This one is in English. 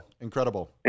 incredible